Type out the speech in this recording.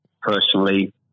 Personally